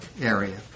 area